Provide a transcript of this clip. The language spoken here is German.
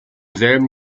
selben